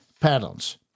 patterns